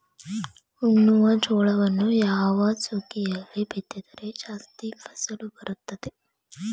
ಉಣ್ಣುವ ಜೋಳವನ್ನು ಯಾವ ಸುಗ್ಗಿಯಲ್ಲಿ ಬಿತ್ತಿದರೆ ಜಾಸ್ತಿ ಫಸಲು ಬರುತ್ತದೆ?